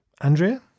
Andrea